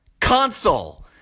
console